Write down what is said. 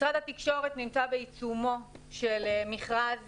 משרד התקשורת נמצא בעיצומו של מכרז